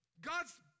God's